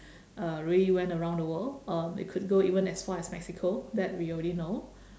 uh really went around the world um it could go even as far as mexico that we already know